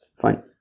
Fine